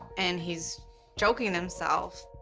and he's choking himself.